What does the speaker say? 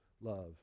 Love